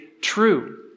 true